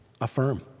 Affirm